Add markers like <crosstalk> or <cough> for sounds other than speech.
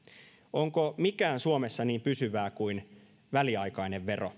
onko mikään suomessa niin pysyvää kuin väliaikainen vero <unintelligible>